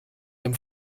dem